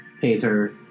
painter